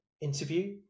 interview